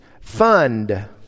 fund